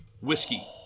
whiskey